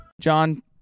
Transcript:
John